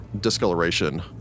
discoloration